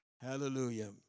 Hallelujah